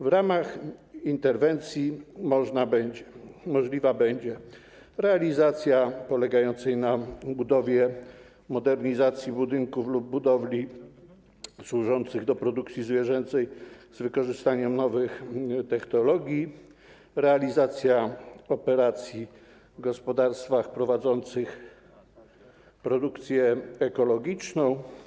W ramach interwencji możliwa będzie realizacja operacji polegającej na budowie lub modernizacji budynków lub budowli służących do produkcji zwierzęcej z wykorzystaniem nowych technologii oraz realizacja operacji w gospodarstwach prowadzących produkcję ekologiczną.